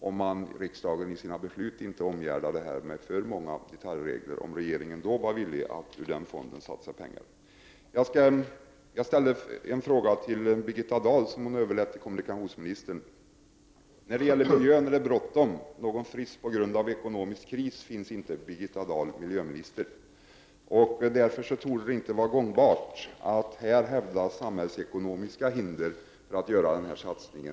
Är regeringen villig att satsa pengar ur fonden om riksdagen i sina beslut inte omgärdar detta med för många detaljregler? Jag ställde tidigare en fråga till Birgitta Dahl som hon överlät till kommunikationsministern. Birgitta Dahl säger: När det gäller miljön är det bråttom. Någon frist på grund av ekonomisk kris finns inte. Det torde därför inte vara gångbart att här hävda samhällsekonomiska hinder för att göra denna satsning.